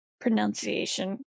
pronunciation